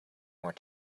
more